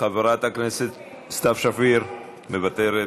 חברת הכנסת סתיו שפיר, מוותרת.